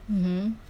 mmhmm